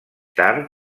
tard